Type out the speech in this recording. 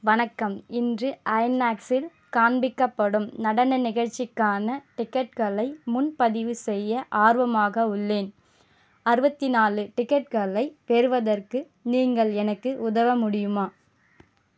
வணக்கம் இன்று ஐநாக்ஸில் காண்பிக்கப்படும் நடன நிகழ்ச்சிக்கான டிக்கெட்டுகளை முன்பதிவு செய்ய ஆர்வமாக உள்ளேன் அறுபத்தி நாலு டிக்கெட்டுகளை பெறுவதற்கு நீங்கள் எனக்கு உதவ முடியுமா